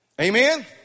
Amen